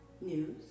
news